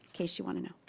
case you want to know.